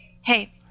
hey